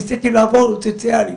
ניסיתי לעבור לסוציאלי,